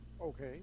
Okay